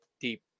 deep